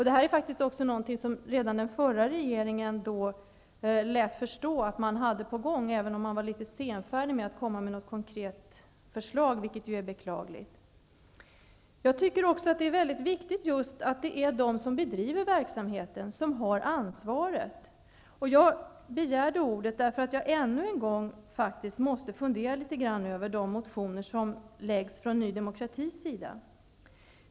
Det här är faktiskt något som redan den förra regeringen lät förstå att man hade på gång, även om man var litet senfärdig med att komma med något konkret förslag, vilket ju är beklagligt. Det är enligt min mening mycket viktigt att det är just de som bedriver verksamheten som har ansvaret. Jag begärde ordet därför att jag ännu en gång har kommit att fundera en del över de motioner som Ny demokrati väcker.